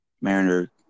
Mariner